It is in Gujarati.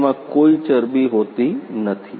તેમાં કોઈ ચરબી હોતી નથી